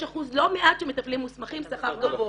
יש אחוז לא מעט של מטפלים מוסמכים עם שכר גבוה.